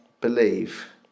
believe